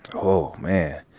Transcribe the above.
oh, man.